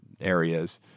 areas